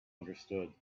understood